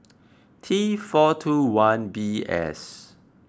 T four two one B S